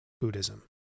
Buddhism